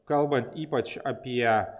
kalbant ypač apie